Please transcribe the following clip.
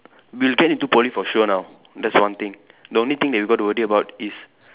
we'll get into Poly for sure now that's one thing the only thing that we got to worry about is